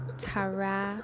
Tara